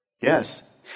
Yes